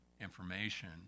information